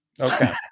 Okay